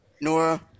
Nora